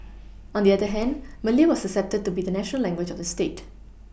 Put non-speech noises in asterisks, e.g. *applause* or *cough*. *noise* on the other hand Malay was accepted to be the national language of the state